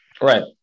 Right